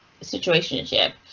situationship